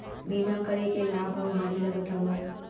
बीमा करे के लाभ अऊ हानि ला बतावव